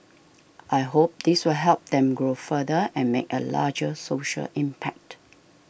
I hope this will help them grow further and make a larger social impact